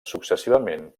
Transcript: successivament